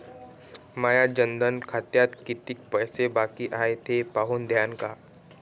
माया जनधन खात्यात कितीक पैसे बाकी हाय हे पाहून द्यान का?